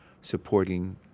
supporting